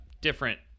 different